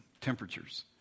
temperatures